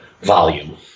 volume